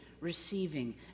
receiving